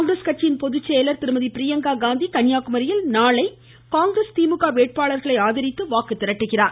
காங்கிரஸ் கட்சி பொதுச்செயலாளர் திருமதி பிரியங்கா காந்தி கன்னியாகுமரியில் நாளை காங்கிரஸ் திமுக வேட்பாளர்களை ஆதரித்து வாக்கு திரட்டுகிறார்